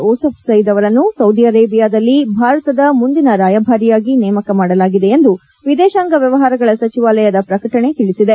ದಿಸಫ್ ಸಯೀದ್ ಅವರನ್ನು ಸೌದಿ ಅರೇಬಿಯಾದಲ್ಲಿ ಭಾರತದ ಮುಂದಿನ ರಾಯಭಾರಿಯಾಗಿ ನೇಮಕ ಮಾಡಲಾಗಿದೆ ಎಂದು ವಿದೇಶಾಂಗ ವ್ಯವಹಾರಗಳ ಸಚಿವಾಲಯದ ಪ್ರಕಟಣೆ ತಿಳಿಸಿದೆ